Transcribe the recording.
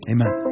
Amen